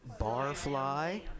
Barfly